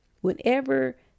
whenever